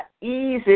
easy